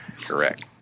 correct